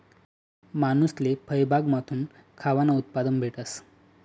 मानूसले फयबागमाथून खावानं उत्पादन भेटस